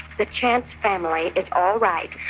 the chance family is all right.